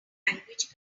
language